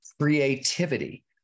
creativity